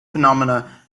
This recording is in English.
phenomena